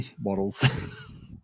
models